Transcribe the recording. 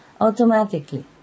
automatically